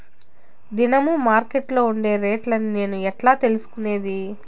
దినము మార్కెట్లో ఉండే రేట్లని నేను ఎట్లా తెలుసుకునేది?